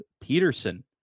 Peterson